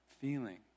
feeling